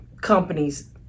companies